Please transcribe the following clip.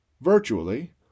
virtually